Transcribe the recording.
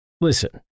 listen